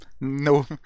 No